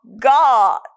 God